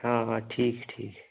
हाँ हाँ ठीक है ठीक है